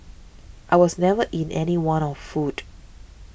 I was never in any want of food